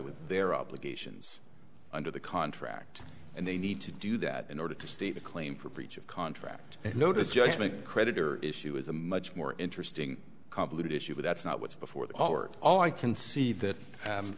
with their obligations under the contract and they need to do that in order to state a claim for breach of contract and notice judgment creditor issue is a much more interesting convoluted issue but that's not what's before they all are all i can see that